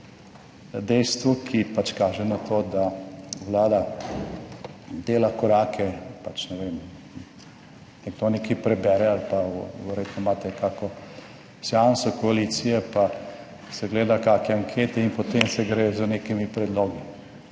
dejstvu, ki pač kaže na to, da Vlada dela korake, pač ne vem, nekdo nekaj prebere ali pa verjetno imate kakšno seanso koalicije, pa se gleda kakšne ankete in potem se gre z nekimi predlogi,